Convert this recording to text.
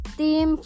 team